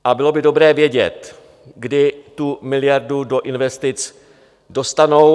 A bylo by dobré vědět, kdy tu miliardu do investic dostanou.